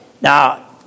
now